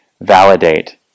Validate